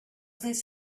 this